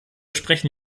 sprechen